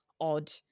odd